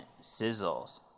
Sizzles